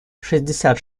шестьдесят